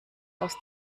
aus